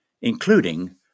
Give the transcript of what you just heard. including